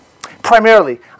primarily